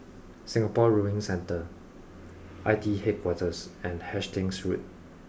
Singapore Rowing Centre I T E Headquarters and Hastings Road